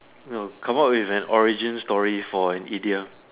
no come out with an origin story for an idiom